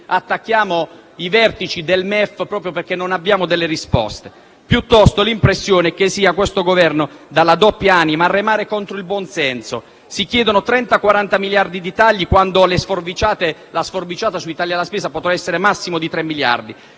dell'economia e delle finanze proprio perché non si hanno le risposte. Piuttosto, l'impressione è che sia questo Governo dalla doppia anima a remare contro il buonsenso: si chiedono 30-40 miliardi di tagli, quando la sforbiciata dei tagli alla spesa potrà essere massimo di 3 miliardi;